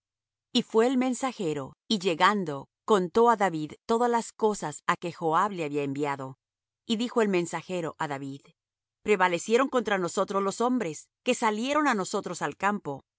y fué el mensajero y llegando contó á david todas las cosas á que joab le había enviado y dijo el mensajero á david prevalecieron contra nosotros los hombres que salieron á nosotros al campo